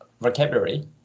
vocabulary